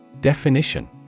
Definition